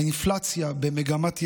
האינפלציה במגמת ירידה,